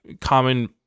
common